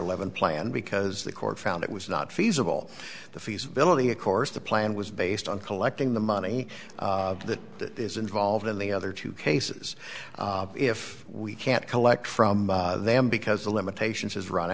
eleven plan because the court found it was not feasible the feasibility of course the plan was based on collecting the money that is involved in the other two cases if we can't collect from them because the limitations has run